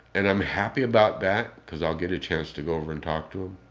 and i'm happy about that because i'll get a chance to go over and talk to him